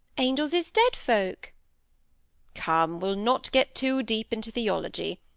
angels is dead folk come we'll not get too deep into theology.